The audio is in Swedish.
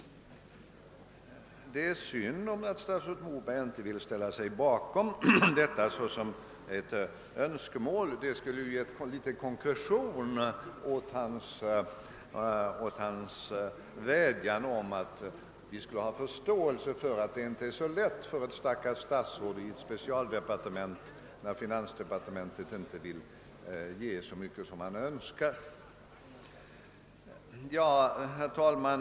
Det är synd, om statsrådet Moberg inte vill ställa sig bakom 50-procentsiffran såsom ett önskemål för framtiden — det skulle ge litet konkretion åt hans vädjan om förståelse för att det inte är så lätt för ett stackars statsråd i ett specialdepartement när finansdepartementet inte vill ge så mycket pengar som han önskar. Herr talman!